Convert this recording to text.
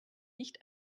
nicht